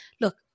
Look